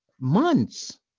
months